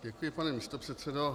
Děkuji, pane místopředsedo.